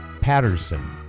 Patterson